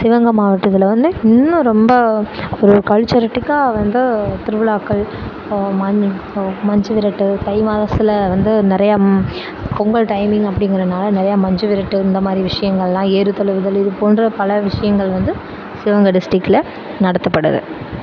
சிவகங்கை மாவட்டத்தில் வந்து இன்னும் ரொம்ப ஒரு கல்சரிட்டிக்காக வந்து திருவிழாக்கள் மஞ் மஞ்சுவிரட்டு தை மாதத்துல வந்து நிறைய பொங்கல் டைமிங் அப்படிங்கிறனால நிறைய மஞ்சுவிரட்டு இந்த மாதிரி விஷயங்களெலாம் ஏறுதழுவுதல் இது போன்ற பல விஷயங்கள் வந்து சிவகங்கை டிஸ்ட்ரிக்ட்டில் நடத்தப்படுது